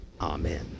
Amen